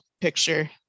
picture